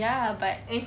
ya but